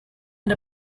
and